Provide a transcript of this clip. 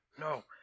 No